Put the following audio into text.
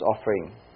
offering